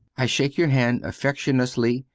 i shake your hand affectuously.